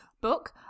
book